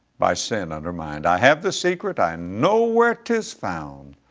by sin undermined. i have the secret, i know where tis found,